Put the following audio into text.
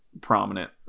prominent